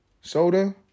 soda